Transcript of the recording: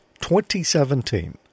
2017